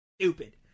Stupid